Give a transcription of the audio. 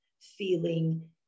feeling